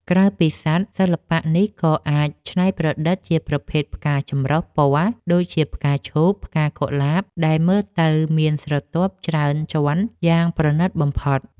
ក្រៅពីសត្វ សិល្បៈនេះក៏អាចច្នៃប្រឌិតជាប្រភេទផ្កាចម្រុះពណ៌ ដូចជាផ្កាឈូក ឬផ្កាកុលាប ដែលមើលទៅមានស្រទាប់ច្រើនជាន់យ៉ាងប្រណីតបំផុត។